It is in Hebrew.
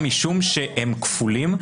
גם משום שהם כפולים,